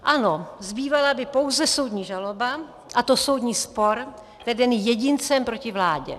Ano, zbývala by pouze soudní žaloba, a to soudní spor vedený jedincem proti vládě.